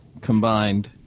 combined